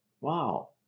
wow